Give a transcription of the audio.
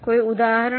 કોઈ ઉદાહરણ